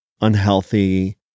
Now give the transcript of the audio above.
unhealthy